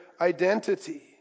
identity